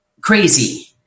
crazy